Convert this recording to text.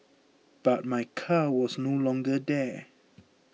but my car was no longer there